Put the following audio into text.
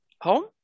home